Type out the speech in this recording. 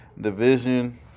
division